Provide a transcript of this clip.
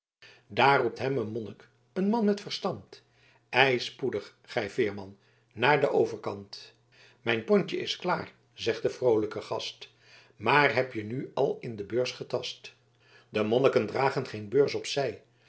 roept hem een monnik een man van verstand ei spoedig gij veerman naar d overkant mijn pontje is klaar zegt de vroolijke gast maar heb je nu al in de beurs getast de monniken dragen geen beurs op